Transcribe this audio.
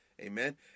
Amen